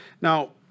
Now